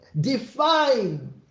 define